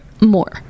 more